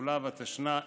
התשנ"ה 1995,